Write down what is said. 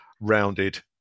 rounded